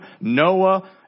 Noah